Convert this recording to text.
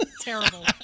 Terrible